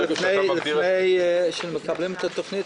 לפני שמקבלים את התוכנית,